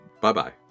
Bye-bye